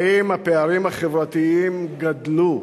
האם הפערים החברתיים גדלו?